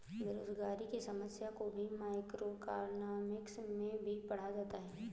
बेरोजगारी की समस्या को भी मैक्रोइकॉनॉमिक्स में ही पढ़ा जाता है